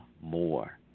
more